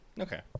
Okay